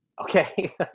Okay